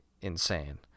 insane